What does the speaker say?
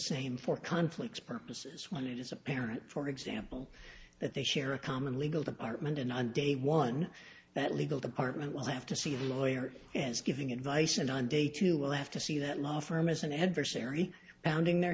same for conflicts purposes when it is apparent for example that they share a common legal department and on day one that legal department will have to see the lawyer giving advice and on day two will have to see that law firm has an adversary pounding their